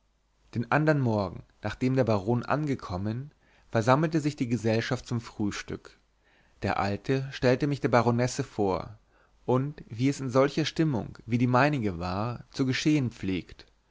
den andern morgen nachdem der baron angekommen versammelte sich die gesellschaft zum frühstück der alte stellte mich der baronesse vor und wie es in solcher stimmung wie die meinige war zu geschehen pflegt